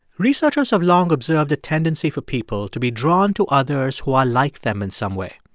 researchers have long observed a tendency for people to be drawn to others who are like them in some way.